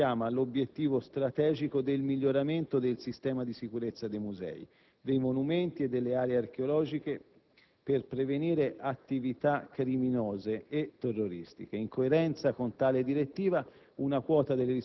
si richiama l'obiettivo strategico del miglioramento del sistema di sicurezza dei musei, dei monumenti, e delle aree archeologiche per prevenire attività criminose e/o terroristiche. In coerenza con tale direttiva